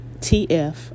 TF